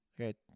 Okay